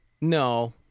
No